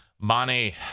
money